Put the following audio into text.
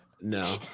No